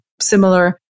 similar